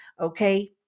okay